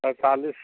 अड़तालीस